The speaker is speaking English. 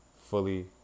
fully